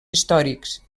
històrics